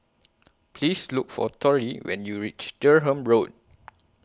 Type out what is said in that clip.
Please Look For Torie when YOU REACH Durham Road